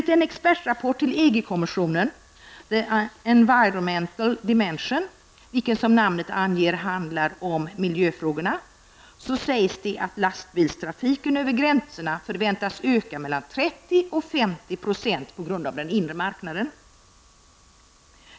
The Environmental Dimension, vilken som namnet anger handlar om miljöfrågorna, sägs det att lastbilstrafiken över gränserna förväntas öka mellan 30 och 50 % på grund av den inre marknaden.